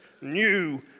new